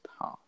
path